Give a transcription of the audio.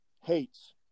hates